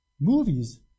movies